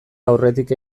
aurretik